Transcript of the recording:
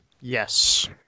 Yes